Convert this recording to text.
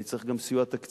אני צריך גם סיוע תקציבי.